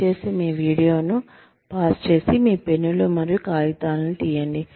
దయచేసి ఈ వీడియోను పాజ్ చేసి మీ పెన్నులు మరియు కాగితాలను తీయండి